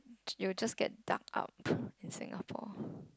you will just get dark up in Singapore